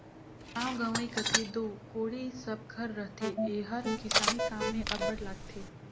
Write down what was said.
गाँव गंवई कती दो कोड़ी सब घर रहथे एहर किसानी काम मे अब्बड़ लागथे